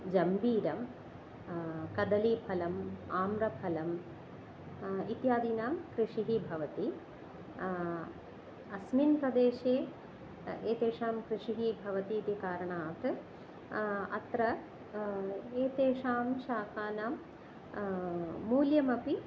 जम्बीरं कदलीफलम् आम्रफलम् इत्यादीनां कृषिः भवति अस्मिन् प्रदेशे एतेषां कृषिः भवति इति कारणात् अत्र एतेषां शाकानां मूल्यमपि